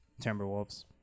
Timberwolves